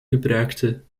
gebruikten